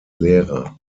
lehrer